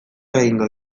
egingo